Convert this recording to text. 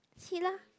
see lah